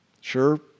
Sure